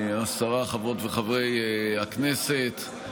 השרה, חברות וחברי הכנסת,